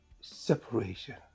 separation